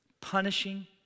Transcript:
Punishing